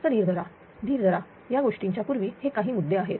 फक्त धीर धरा धीर धरा या गोष्टींच्या पूर्वी हे काही मुद्दे आहेत